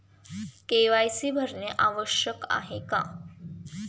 KYC भरणे आवश्यक आहे का?